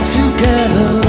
together